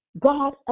God